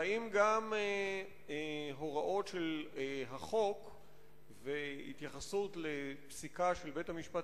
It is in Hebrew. והאם גם הוראות של החוק והתייחסות לפסיקה של בית-המשפט